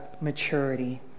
maturity